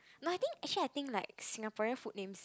no I think actually I think Singaporean food names